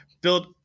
build